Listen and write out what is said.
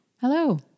Hello